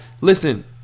Listen